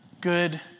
good